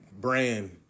brand